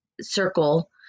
circle